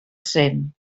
cent